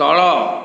ତଳ